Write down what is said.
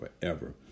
forever